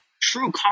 true